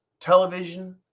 television